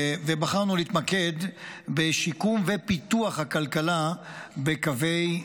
ובחרנו להתמקד בשיקום ופיתוח הכלכלה בקווי העימות.